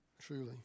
Truly